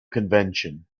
convention